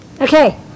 Okay